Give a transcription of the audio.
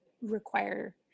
require